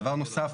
דבר נוסף,